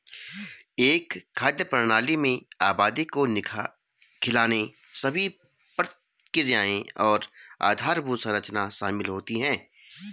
एक खाद्य प्रणाली में आबादी को खिलाने सभी प्रक्रियाएं और आधारभूत संरचना शामिल होती है